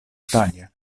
italia